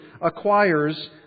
acquires